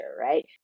right